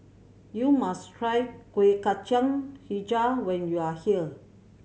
you must try Kueh Kacang Hijau when you are here